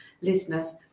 listeners